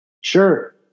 Sure